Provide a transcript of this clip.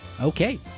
Okay